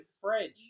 French